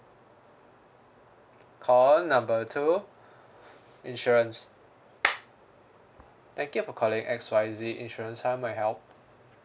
call number two insurance thank you for calling X Y Z insurance how may I help